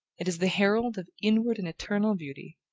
it is the herald of inward and eternal beauty,